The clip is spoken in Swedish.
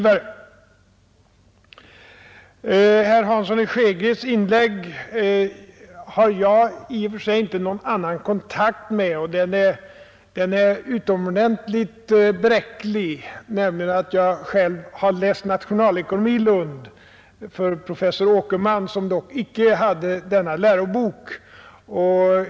Vad sedan angår det som herr Hansson i Skegrie anförde i sitt inlägg har jag inte någon annan kontakt med det — och även den kontakten är utomordentligt bräcklig — än att jag en gång läste nationalekonomi för professor Åkerman i Lund. Han använde dock inte denna lärobok.